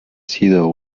sido